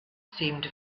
seemed